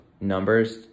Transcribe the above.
numbers